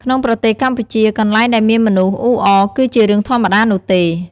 ក្នុងប្រទេសកម្ពុជា កន្លែងដែលមានមនុស្សអ៊ូអរគឺជារឿងធម្មតានោះទេ។